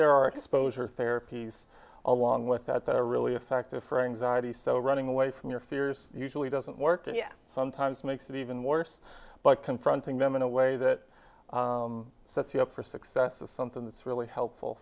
there are exposure therapies along with that they're really effective for anxiety so running away from your fears usually doesn't work yes sometimes makes it even worse but confronting them in a way that sets you up for success is something that's really helpful